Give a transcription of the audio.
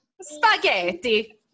Spaghetti